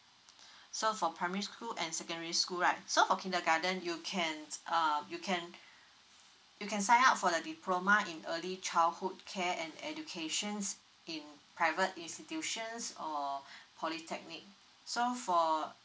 so for primary school and secondary school right so for kindergarten you can uh you can you can sign up for the diploma in early childhood care and educations in private institutions or polytechnic so for